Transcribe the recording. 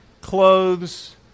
clothes